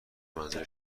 منزل